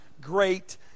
great